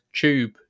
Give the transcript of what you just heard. tube